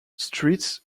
streets